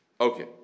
Okay